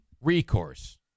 recourse